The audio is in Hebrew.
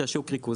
כשהשוק ריכוזי,